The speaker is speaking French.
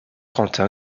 quentin